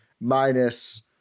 minus